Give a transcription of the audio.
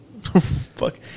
Fuck